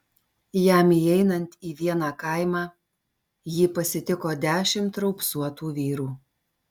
jam įeinant į vieną kaimą jį pasitiko dešimt raupsuotų vyrų